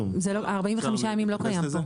ה-45 ימים לא קיים פה.